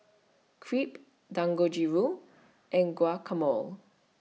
Crepe Dangojiru and Guacamole